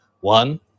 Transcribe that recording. One